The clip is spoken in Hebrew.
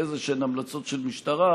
איזשהן המלצות של משטרה,